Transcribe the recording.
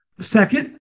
Second